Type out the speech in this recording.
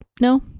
no